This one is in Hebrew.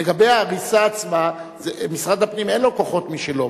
לגבי ההריסה עצמה, משרד הפנים, אין לו כוחות משלו.